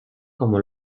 como